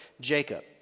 Jacob